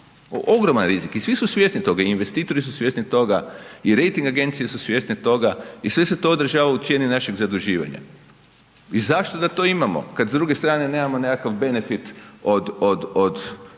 ogroman rizik i svi su svjesni toga. Investitori su svjesni toga i rejting agencije su svjesne toga i sve se to odražava u cijeni našeg zaduživanja. I zašto da to imamo kada s druge strane nemamo nekakav benefit od